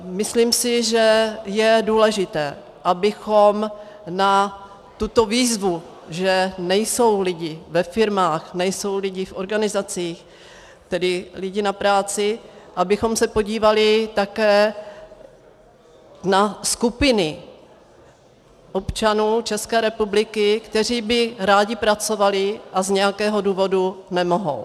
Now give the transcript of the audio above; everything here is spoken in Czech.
Myslím si, že je důležité, abychom na tuto výzvu, že nejsou lidi ve firmách, nejsou lidi v organizacích, tedy lidi na práci, abychom se podívali také na skupiny občanů České republiky, kteří by rádi pracovali a z nějakého důvodu nemohou.